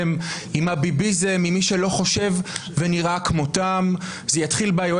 שבהגדרה בארצות הברית בניגוד לישראל יכולה להיות לעומתית לרשות